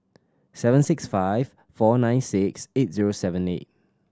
seven six five four nine six eight zero seven eight